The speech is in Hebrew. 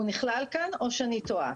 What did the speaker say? הוא נכלל כאן, או שאני טועה?